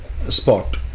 spot